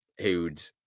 who'd